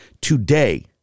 today